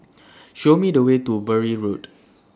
Show Me The Way to Bury Road